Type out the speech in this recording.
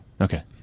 Okay